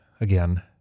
again